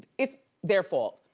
it's their fault.